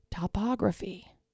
Topography